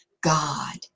God